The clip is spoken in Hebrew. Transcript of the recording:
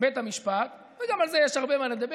בית המשפט, וגם על זה יש הרבה מה לדבר.